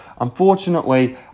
unfortunately